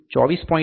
5 થી 24